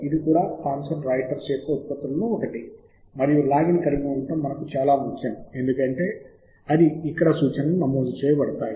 అది ఇలా కనిపిస్తుంది మీరు రిజిస్టర్ లింక్ పై క్లిక్ చేసినప్పుడు ఒక చిన్న ఫారం ఉంటుంది అది మీకు చూపబడుతుంది